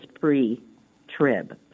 pre-trib